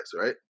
right